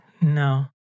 No